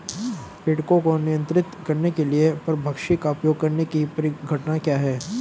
पीड़कों को नियंत्रित करने के लिए परभक्षी का उपयोग करने की परिघटना क्या है?